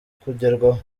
kugerwaho